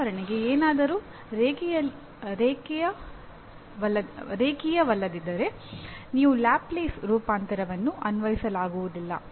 ಉದಾಹರಣೆಗೆ ಏನಾದರೂ ರೇಖೀಯವಲ್ಲದಿದ್ದರೆ ನೀವು ಲ್ಯಾಪ್ಲೇಸ್ ರೂಪಾಂತರವನ್ನು ಅನ್ವಯಿಸಲಾಗುವುದಿಲ್ಲ